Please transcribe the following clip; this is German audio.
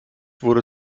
wurde